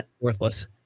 Worthless